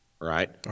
right